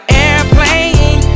airplane